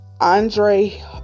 Andre